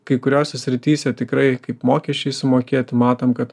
kai kuriose srityse tikrai kaip mokesčiai sumokėti matom kad